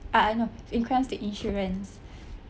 uh no when it comes to insurance